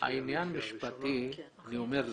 העניין המשפטי, אני אומר לך,